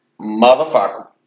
Motherfucker